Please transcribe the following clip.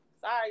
Sorry